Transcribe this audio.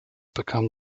bekam